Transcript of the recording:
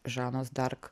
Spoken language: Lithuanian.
žanos dark